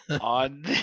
on